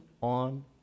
on